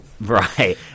right